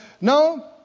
No